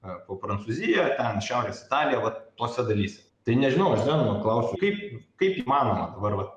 ar po prancūziją ten šiaurės italiją vat tose dalyse tai nežinau aš zenono klausiu kaip kaip įmanoma dabar va